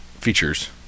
features